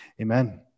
Amen